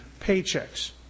paychecks